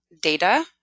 data